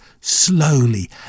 slowly